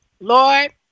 Lord